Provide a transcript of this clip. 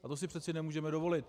A to si přece nemůžeme dovolit.